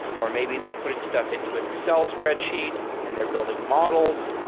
or maybe they're putting stuff into an excel spreadsheet and they're building models.